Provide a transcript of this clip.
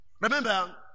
Remember